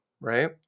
right